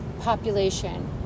population